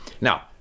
Now